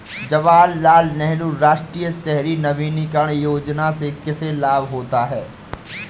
जवाहर लाल नेहरू राष्ट्रीय शहरी नवीकरण योजना से किसे लाभ होता है?